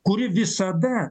kuri visada